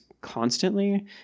constantly